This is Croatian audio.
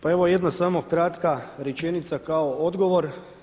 Pa evo jedna samo kratka rečenica kao odgovor.